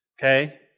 okay